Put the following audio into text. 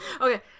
okay